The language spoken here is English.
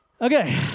Okay